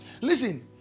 Listen